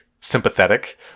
sympathetic